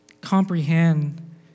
comprehend